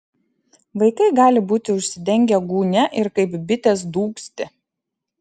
vaikai gali būti užsidengę gūnia ir kaip bitės dūgzti